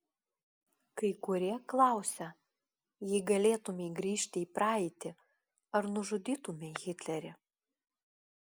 kai kurie klausia jei galėtumei grįžti į praeitį ar nužudytumei hitlerį